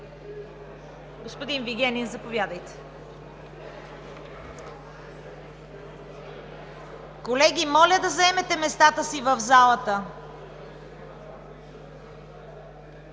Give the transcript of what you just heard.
господин Вигенин, заповядайте. (Силен шум.) Колеги, моля да заемате местата си в залата.